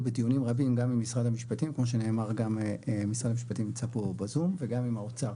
בדיונים רבים גם עם משרד המשפטים וגם עם האוצר.